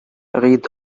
read